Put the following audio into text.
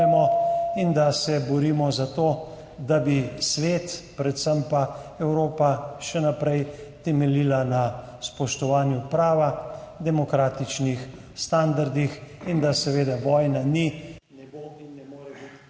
in da se borimo za to, da bi svet, predvsem pa Evropa še naprej temeljila na spoštovanju prava, demokratičnih standardih, in da seveda vojna ni, ne bo in ne more biti